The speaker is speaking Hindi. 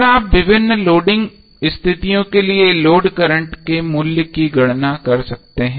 इस तरह आप विभिन्न लोडिंग स्थितियों के लिए लोड करंट के मूल्य की गणना कर सकते हैं